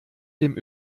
dem